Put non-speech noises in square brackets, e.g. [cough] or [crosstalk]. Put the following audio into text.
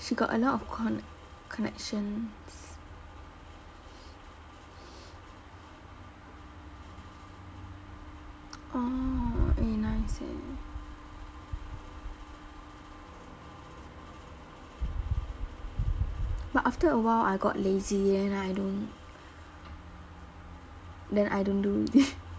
she got a lot con~ connections orh eh nice eh but after a while I got lazy then I don't then I don't do already [laughs]